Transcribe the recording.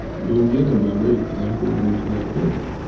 and don't get in my way because i'm going into that building.